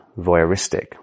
voyeuristic